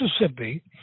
Mississippi